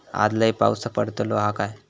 आज लय पाऊस पडतलो हा काय?